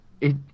it-